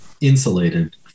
insulated